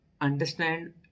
understand